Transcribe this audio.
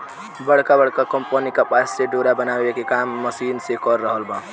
बड़का बड़का कंपनी कपास से डोरा बनावे के काम मशीन से कर रहल बा